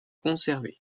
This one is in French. conservé